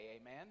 amen